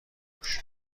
موش